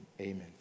Amen